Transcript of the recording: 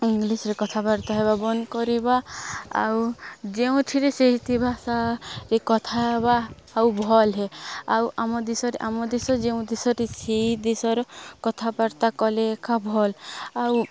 ଇଂଲିଶରେ କଥାବାର୍ତ୍ତା ହେବା ବନ୍ଦ କରିବା ଆଉ ଯେଉଁଥିିରେ ସେଇଥି ଭାଷାରେ କଥା ହେବା ଆଉ ଭଲ ହେ ଆଉ ଆମ ଦେଶରେ ଆମ ଦେଶ ଯେଉଁ ଦେଶରେ ସେଇ ଦେଶର କଥାବାର୍ତ୍ତା କଲେ ଏକା ଭଲ ଆଉ